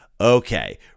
Okay